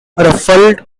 ruffled